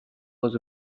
was